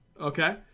okay